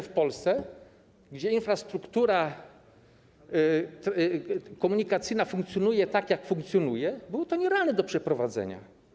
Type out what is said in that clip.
W Polsce, gdzie infrastruktura komunikacyjna funkcjonuje tak jak funkcjonuje, było to nierealne do przeprowadzenia.